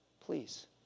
please